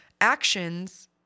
actions